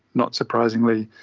not surprisingly,